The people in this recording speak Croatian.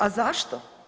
A zašto?